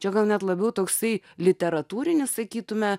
čia gal net labiau toksai literatūrinis sakytumėme